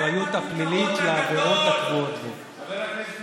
אם החליטה הוועדה או מליאת הכנסת,